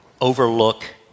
overlook